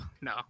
no